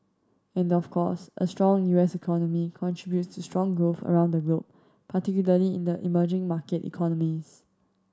and of course a strong U S economy contributes to strong growth around the globe particularly in the emerging market economies